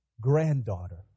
granddaughter